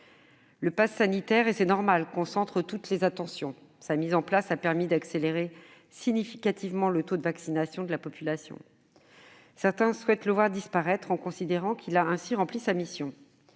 Le passe sanitaire, et c'est normal, concentre toutes les attentions. Sa mise en place ayant permis d'accélérer significativement le taux de vaccination de la population, certains souhaitent le voir disparaître en considérant qu'il a rempli sa mission.